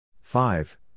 five